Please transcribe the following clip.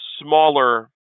smaller